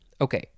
okay